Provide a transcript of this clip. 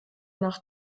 nach